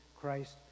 Christ